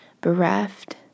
bereft